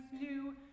new